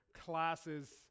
classes